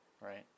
Right